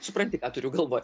supranti ką turiu galvoj